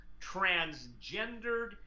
transgendered